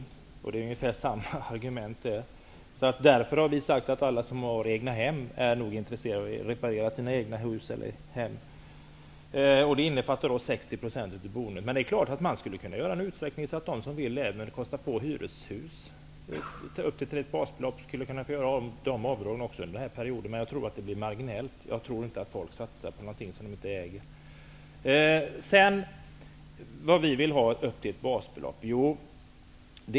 Det är fråga om ungefär samma argument. Därför har vi sagt att alla som har egna hem nog är intresserade av att reparera dem. Egnahem omfattar 60 % av boendet. Man skulle naturligtvis kunna utsträcka detta så att även de som vill kosta på en reparation av hyreshus av upp till ett basbelopp skulle kunna får göra sådana avdrag under den här perioden. Men jag tror att det är marginellt. Jag tror inte att folk satsar på någonting som de inte äger. Vad vill vi då göra med ett basbelopp?